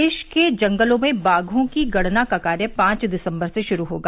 प्रदेश के जंगलों में बाघों की गणना का कार्य पांच दिसंबर से शुरू होगा